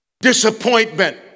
disappointment